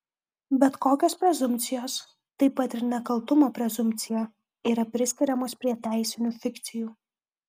bet kokios prezumpcijos taip pat ir nekaltumo prezumpcija yra priskiriamos prie teisinių fikcijų